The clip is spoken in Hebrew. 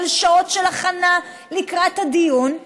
על שעות של הכנה לקראת הדיון,